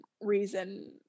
reason